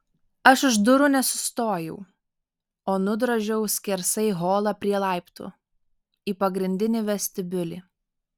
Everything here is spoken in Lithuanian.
aš už durų nesustojau o nudrožiau skersai holą prie laiptų į pagrindinį vestibiulį